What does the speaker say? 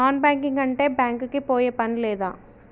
Non banking అంటే bank కి పోయే పని లేదా?